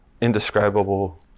indescribable